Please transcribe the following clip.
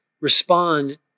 respond